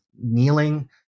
kneeling